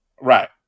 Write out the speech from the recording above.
Right